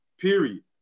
period